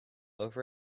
over